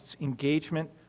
engagement